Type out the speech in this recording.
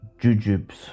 Jujubes